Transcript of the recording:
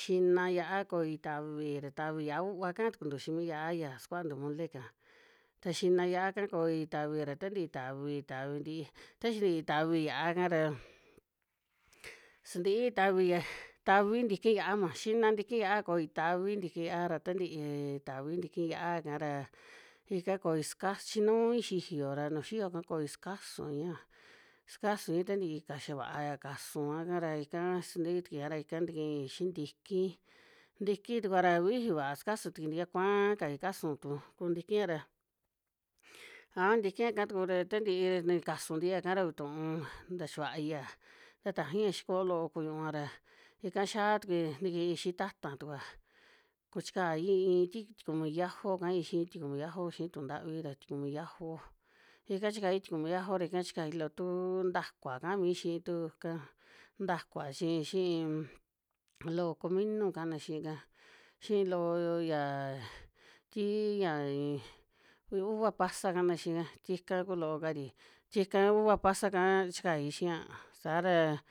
Xi na ya'a koi ta ví ra ta ví. Ya uva ka tu ku ntu xi' mi ya'a ya skua'a ntu mole ka. ta xi na ya'a ka koi ta ví ra ta nti ta ví ta ví nti'i, ta ni xi'oi ta ví ya'a ka ra, sinti'i ta ví ya. Ta ví nti ki ya'a ma xi na nti ki ya koi ta vi ntiki ya'a ra ta ntii, tavi nti ki ya'a ka ra. Ika koi ska s. Chi nuy xi yo ra nu xi yo ka koi ska suy a ska suy, ta ntii ka xa va'a ya ka su a ka ra ika sinti'i tu ku i ra. Ika nti ki xi nti ki. Nti ki tu kua ra víi va'a skasu t ntiki kuaa ka i kasu, tukú tu ku ntu ki a ra. A nti ki a ka tu kura ta ntii ni ka su nti a ka ra ví tu'u nta chi kua i a nta ta i xi koo lo'o ku ñu a ra. Ika xa tu ku i nti ki'i xi ta ta tu ku a, ku chi kai ii sti. Sti ku mi yajo kai xi'i sti ku mi yajo xi tu nta ví ra sti ku mi yajo. ika chi kai sti ku mi yajo ika chi kai lo tuu nta kúa ka mi xi'i tu tuka. Nta kúa chi xi'i, lo ko mi nu ka na xii ka, xi loo yaa stii yaa, uva pasa ka na xi ka sti ka ku lo ka ri. Sti ka uva pasa kaa chi kai xi a sa ra.